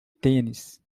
tênis